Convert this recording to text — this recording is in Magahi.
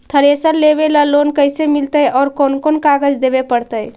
थरेसर लेबे ल लोन कैसे मिलतइ और कोन कोन कागज देबे पड़तै?